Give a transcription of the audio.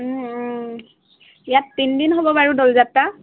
ইয়াত তিনিদিন হ'ব বাৰু দৌলযাত্ৰা